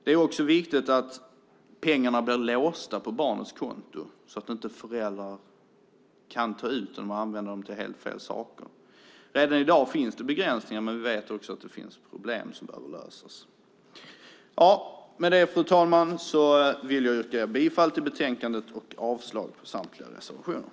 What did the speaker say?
Det är också viktigt att pengarna blir låsta på barnets konto, så att inte föräldrar kan ta ut dem och använda dem till helt fel saker. Redan i dag finns det begränsningar, men det finns också problem som behöver lösas. Med detta vill jag yrka bifall till utskottets förslag och avslag på samtliga reservationer.